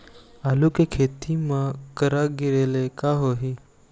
आलू के खेती म करा गिरेले का होही?